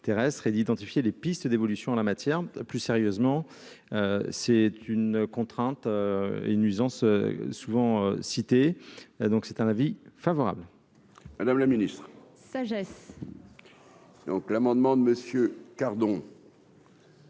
et d'identifier les pistes d'évolution en la matière, plus sérieusement, c'est une contrainte et nuisances souvent cité, donc c'est un avis favorable. Madame la Ministre sagesse. Donc l'amendement de Messieurs cardons.